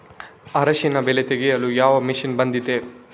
ಅರಿಶಿನ ಬೆಳೆ ತೆಗೆಯಲು ಯಾವ ಮಷೀನ್ ಬಂದಿದೆ?